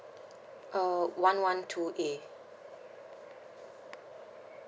uh one one two A